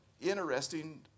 interesting